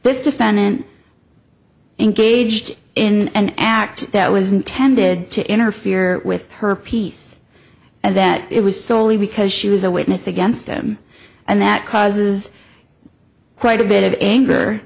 this defendant engaged in an act that was intended to interfere with her peace and that it was solely because she was a witness against him and that causes quite a bit of anger